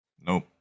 Nope